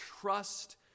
trust